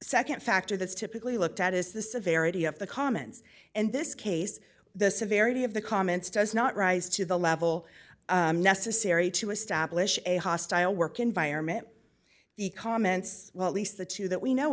the nd factor that's typically looked at is the severity of the commons and this case the severity of the comments does not rise to the level necessary to establish a hostile work environment the comments well at least the two that we know